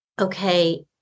okay